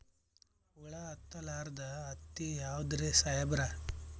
ಹುಳ ಹತ್ತಲಾರ್ದ ಹತ್ತಿ ಯಾವುದ್ರಿ ಸಾಹೇಬರ?